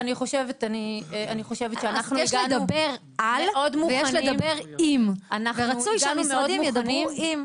יש לדבר על ויש לדבר עם, ורצוי שהמשרדים ידברו עם.